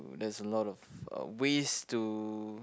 there's a lot of uh ways to